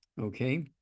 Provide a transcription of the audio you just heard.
okay